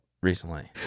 recently